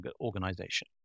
organization